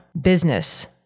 business